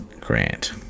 Grant